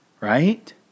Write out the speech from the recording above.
right